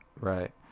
Right